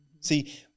See